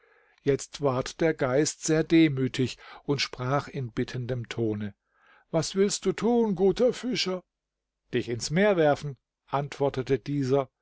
jetzt ward der geist sehr demütig und sprach in bittendem tone was willst du tun guter fischer dich ins meer werfen antwortete dieser